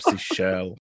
shell